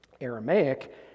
Aramaic